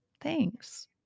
thanks